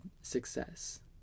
Success